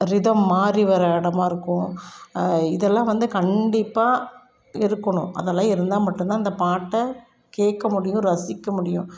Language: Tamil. ரிதம் மாதிரி வர்ற இடமா இருக்கும் இதெல்லாம் வந்து கண்டிப்பாக இருக்குணும் அதெல்லாம் இருந்தால் மட்டுந்தான் அந்த பாட்டை கேட்க முடியும் ரசிக்க முடியும்